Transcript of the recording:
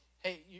hey